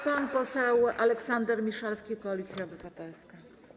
Pan poseł Aleksander Miszalski, Koalicja Obywatelska.